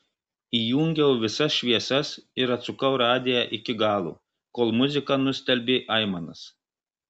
įjungiau visas šviesas ir atsukau radiją iki galo kol muzika nustelbė aimanas